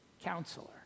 counselor